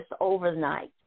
overnight